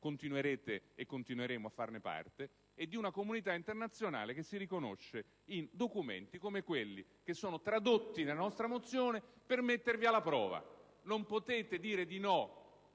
continuerete e continueremo a farne parte - e di una comunità internazionale che si riconosce in documenti come quelli che sono tradotti nella nostra mozione per mettervi alla prova. Potete respingere